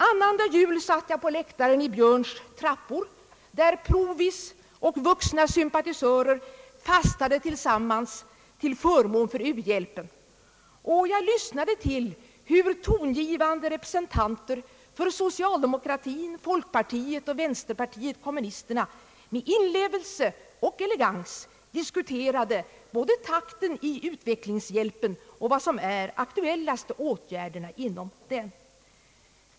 Annandag jul satt jag på läktaren i Björns trappor där provies och vuxna sympatisörer fastade tillsammans till förmån för u-hjäl pen, och jag lyssnade till hur tongivande representanter för socialdemokratin, folkpartiet och vänsterpartiet kommunisterna med inlevelse och elegans diskuterade både takten i utvecklingshjälpen och vad som är de aktuellaste åtgärderna inom den.